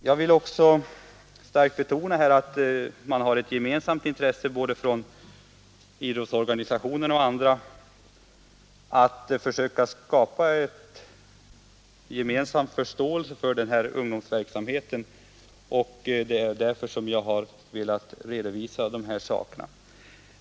Jag vill också starkt betona att idrottsorganisationerna och de andra organisationerna har ett gemensamt intresse att försöka skapa förståelse för ungdomsverksamheten, och det är därför jag har velat redovisa dessa synpunkter.